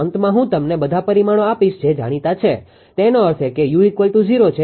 અંતમાં હું તમને બધા પરિમાણો આપીશ જે જાણીતા છે તેનો અર્થ એ કે u૦ છે